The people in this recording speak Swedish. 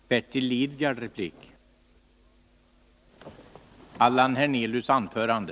Jag får erinra om att den medgivna repliken avsåg Lars Ernestams anförande.